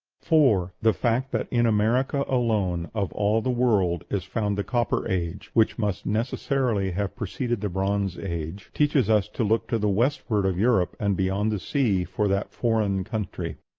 four. the fact that in america alone of all the world is found the copper age, which must necessarily have preceded the bronze age, teaches us to look to the westward of europe and beyond the sea for that foreign country.